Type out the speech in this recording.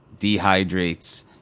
dehydrates